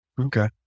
Okay